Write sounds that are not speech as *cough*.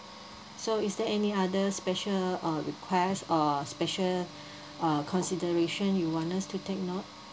so is there any other special uh request uh special *breath* uh consideration you want us to take note